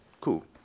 cool